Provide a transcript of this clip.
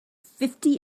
fifty